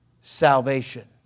salvation